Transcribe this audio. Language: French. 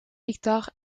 victor